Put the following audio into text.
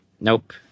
Nope